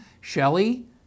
Shelley